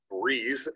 breathe